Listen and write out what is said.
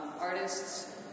artists